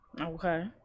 Okay